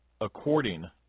according